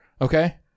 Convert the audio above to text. Okay